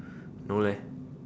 no leh